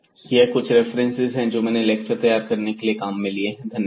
यह कुछ रेफरेंसेस हैं जो मैंने इस लेक्चर को तैयार करने में काम में लिए हैं धन्यवाद